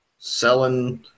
Selling